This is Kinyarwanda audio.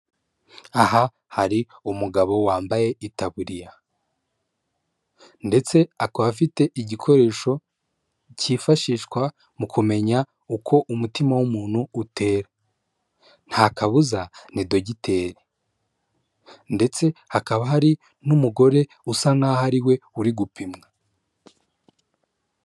Aha hari umugabo wambaye itaburiya. Ndetse akaba afite igikoresho cyifashishwa mu kumenya uko umutima w'umuntu utera. Nta kabuza, ni dogiteri! Ndetse hakaba hari n'umugore usa n'aho ari we uri gupimwa.